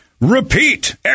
repeat